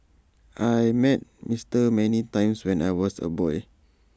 I met Mister many times when I was A boy